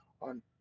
on